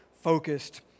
focused